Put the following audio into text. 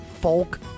folk